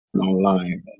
online